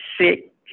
sick